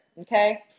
okay